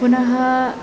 पुनः